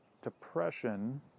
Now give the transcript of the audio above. Depression